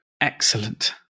Excellent